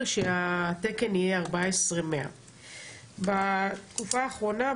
שהתקן יהיה 14,100 בתקופה האחרונה,